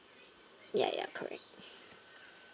ya ya correct